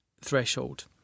threshold